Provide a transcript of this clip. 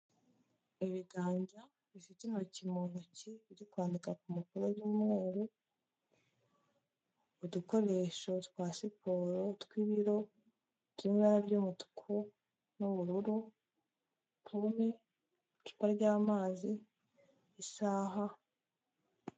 Ibiganza bifite intoki mu ntoki birikwandika ku mpapuro z'umweru, udukoresho twa siporo tw'ibiro turimo ibara ry'umutuku n'ubururu hamwe icupa ryamazi, isaha.